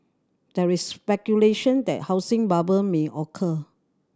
there is speculation that housing bubble may occur